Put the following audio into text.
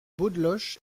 beaudeloche